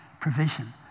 provision